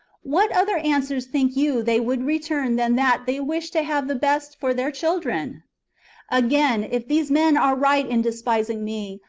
what other answer think you they would return than that they wished to have the best for their children again, if these men are right in despising me,